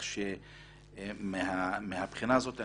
מהבחינה הזאת,